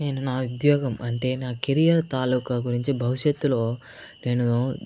నేను నా ఉద్యోగం అంటే నా కెరియర్ తాలూకా గురించి భవిష్యత్తులో నేను